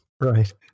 Right